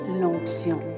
l'onction